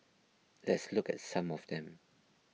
let's look at some of them